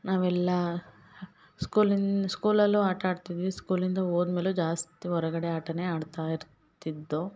ನಾವೆಲ್ಲ ಸ್ಕೂಲಿನ ಸ್ಕೂಲಲ್ಲು ಆಟ ಆಡ್ತಿದ್ವಿ ಸ್ಕೂಲಿಂದ ಹೋದ್ಮೇಲು ಜಾಸ್ತಿ ಹೊರಗಡೆ ಆಟನೆ ಆಡ್ತಾ ಇರ್ತಿದ್ದೊ